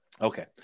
Okay